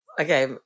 Okay